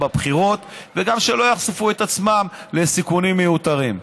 בבחירות, וגם שלא יחשפו את עצמם לסיכונים מיותרים.